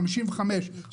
55,